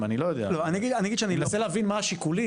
אני אומר רגע מכל המרחב,